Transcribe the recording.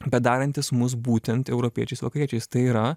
bet darantis mus būtent europiečiais vakariečiais tai yra